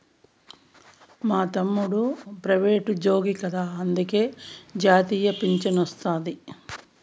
మా తమ్ముడు ప్రైవేటుజ్జోగి కదా అందులకే జాతీయ పింఛనొస్తాది